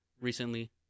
recently